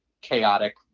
chaotic